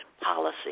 policy